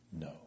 no